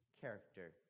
character